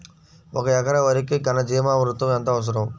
ఒక ఎకరా వరికి ఘన జీవామృతం ఎంత అవసరం?